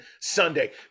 Sunday